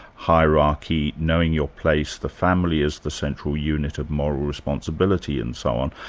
hierarchy, knowing your place, the family as the central unit of moral responsibility and so on,